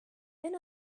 when